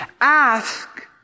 Ask